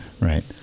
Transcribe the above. Right